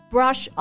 Brush